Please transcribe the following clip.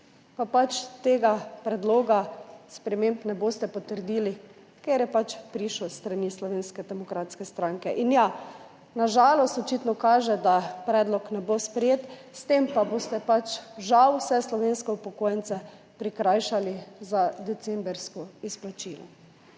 pač tega predloga sprememb ne boste potrdili, ker je pač prišel s strani Slovenske demokratske stranke. In ja, na žalost, očitno kaže, da predlog ne bo sprejet. S tem pa boste pač žal vse slovenske upokojence prikrajšali za decembrsko izplačilo.